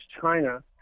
China